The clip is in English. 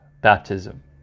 baptism